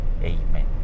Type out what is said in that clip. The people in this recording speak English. Amen